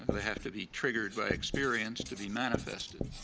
they have to be triggered by experience to be manifested.